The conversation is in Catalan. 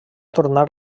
tornar